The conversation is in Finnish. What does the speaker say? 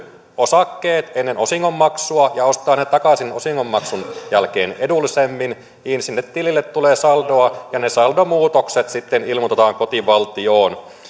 osakkeet ennen osingonmaksua ja ostaa ne takaisin osingonmaksun jälkeen edullisemmin niin sinne tilille tulee saldoa ja ne saldomuutokset sitten ilmoitetaan kotivaltioon